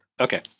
Okay